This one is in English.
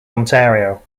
ontario